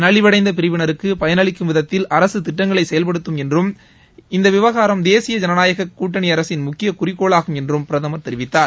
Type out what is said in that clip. நலிவடைந்த பிரிவினருக்கு பயனளிக்கும் விதத்தில் அரசு திட்டங்களை செயல்படுத்தும் என்றும் இது விவகாரம் தேசிய தஜனநாயகக் கூட்டணி அரசின் முக்கிய குறிக்கோளாகும் என்று பிரதமா் தெரிவித்தார்